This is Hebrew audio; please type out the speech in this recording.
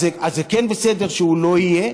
אז זה כן בסדר שהוא לא יהיה,